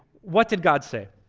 what did god say?